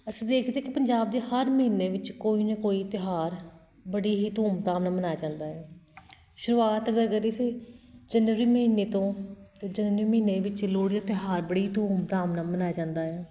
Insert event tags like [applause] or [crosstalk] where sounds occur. ਅਸੀ ਦੇਖਦੇ ਕਿ ਪੰਜਾਬ ਦੇ ਹਰ ਮਹੀਨੇ ਵਿੱਚ ਕੋਈ ਨਾ ਕੋਈ ਤਿਉਹਾਰ ਬੜੇ ਹੀ ਧੂਮਧਾਮ ਨਾਲ਼ ਮਨਾਇਆ ਜਾਂਦਾ ਹੈ ਸ਼ੁਰੂਆਤ ਅਗਰ [unintelligible] ਜਨਵਰੀ ਮਹੀਨੇ ਤੋਂ ਤਾਂ ਜਨਵਰੀ ਮਹੀਨੇ ਵਿੱਚ ਲੋਹੜੀ ਦਾ ਤਿਉਹਾਰ ਬੜੀ ਧੂਮਧਾਮ ਨਾਲ਼ ਮਨਾਇਆ ਜਾਂਦਾ ਹੈ